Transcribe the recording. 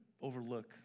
overlook